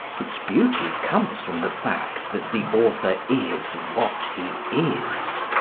its beauty comes from the fact that the author is what he is.